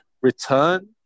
return